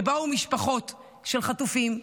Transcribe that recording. שבאו משפחות של חטופים,